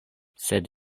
sed